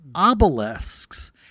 obelisks